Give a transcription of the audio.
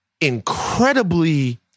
incredibly